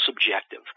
subjective